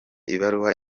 ibaruwa